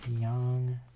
Young